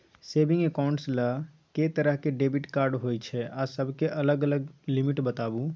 Saving accounts ल के तरह के डेबिट कार्ड होय छै आ सब के अलग अलग लिमिट बताबू?